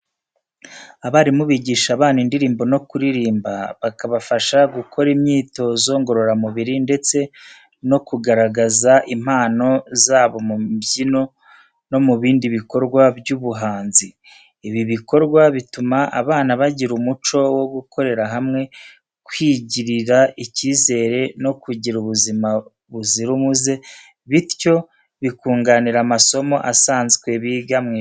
Abarimu bigisha abana indirimbo no kuririmba, bakabafasha gukora imyitozo ngororamubiri ndetse no kugaragaza impano zabo mu mbyino no mu bindi bikorwa by'ubuhanzi. Ibi bikorwa bituma abana bagira umuco wo gukorera hamwe, kwigirira icyizere no kugira ubuzima buzira umuze, bityo bikunganira amasomo asanzwe biga mu ishuri.